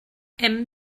hem